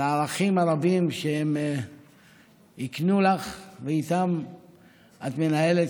על הערכים הרבים שהם הקנו לך ואיתם את מנהלת